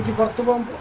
book to the um